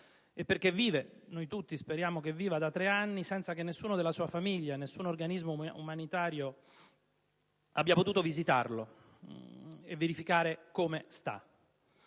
da tre anni - noi tutti speriamo che viva - senza che nessuno della sua famiglia e nessun organismo umanitario abbia potuto visitarlo e verificare il suo